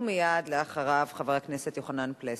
ומייד אחריו, חבר הכנסת יוחנן פלסנר.